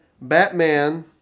Batman